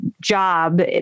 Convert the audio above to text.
job